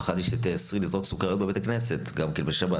פחדתי שתאסרי לזרוק סוכריות בבית הכנסת בשבת.